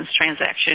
transaction